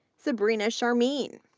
sabrina sharmeen,